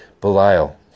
Belial